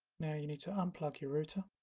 now you need to unplug your router